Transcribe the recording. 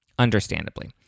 Understandably